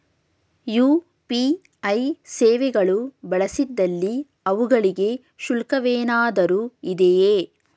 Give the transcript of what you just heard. UPI ಸೇವೆಗಳು ಬಳಸಿದಲ್ಲಿ ಅವುಗಳಿಗೆ ಶುಲ್ಕವೇನಾದರೂ ಇದೆಯೇ?